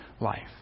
life